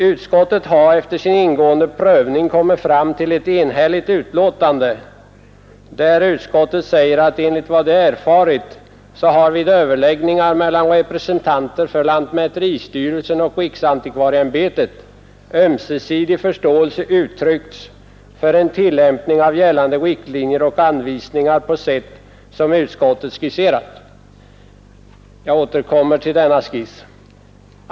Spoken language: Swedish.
Utskottet har efter sin ingående prövning kommit fram till ett enhälligt betänkande, där det säger: ”Enligt vad utskottet erfarit har vid överläggningar mellan representanter för lantmäteristyrelsen och riksantikvarieämbetet ömsesidig förståelse uttryckts för en tillämpning av gällande riktlinjer och anvisningar på sätt som utskottet skisserat.” — Jag återkommer till denna skiss.